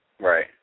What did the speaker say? Right